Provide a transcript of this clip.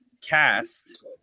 cast